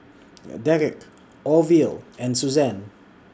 Derick Orville and Susanne